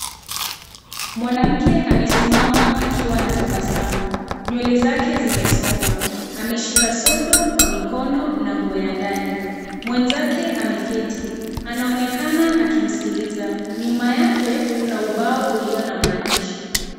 Mwanamke amesimama akiwa anatabasamu, nywele zake zikiwa zimesongwa, ameshika sodo na nguo ya ndani, mwenzake ameketi anaonekana akimsikiliza, nyuma yake kuna ubao ulio na maandishi.